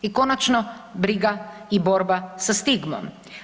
I konačno, briga i borba sa stigmom.